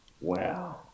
Wow